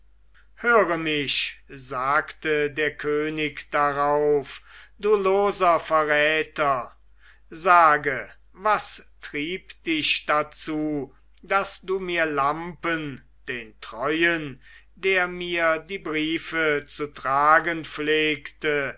höre mich sagte der könig darauf du loser verräter sage was trieb dich dazu daß du mir lampen den treuen der mir die briefe zu tragen pflegte